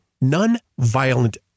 non-violent